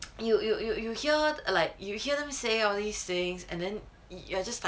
you you you you hear like you hear them say all these things and then you're just like